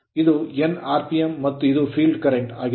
ಇದು n rpm R PM ಮತ್ತು ಇದು field current ಫೀಲ್ಡ್ ಕರೆಂಟ್ ಆಗಿದೆ